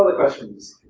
like questions.